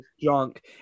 junk